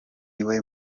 imwe